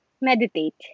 meditate